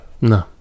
No